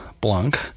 Blanc